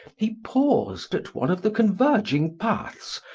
he paused at one of the converging paths,